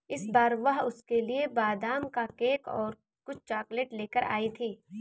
इस बार वह उसके लिए बादाम का केक और कुछ चॉकलेट लेकर आई थी